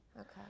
Okay